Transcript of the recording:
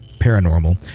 paranormal